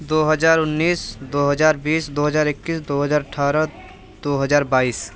दो हज़ार उन्नीस दो हज़ार बीस दो हज़ार इक्कीस दो हज़ार अट्ठारह दो हज़ार बाईस